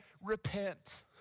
repent